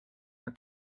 your